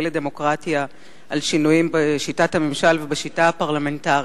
לדמוקרטיה לשינויים בשיטת הממשל ובשיטה הפרלמנטרית.